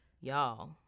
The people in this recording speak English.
Y'all